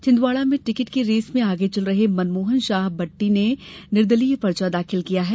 छिन्दवाड़ा में टिकट की रेस में आगे चल रहे मनमोहन शाह बट्टी ने भी निर्दलीय पर्चा दाखिल किया है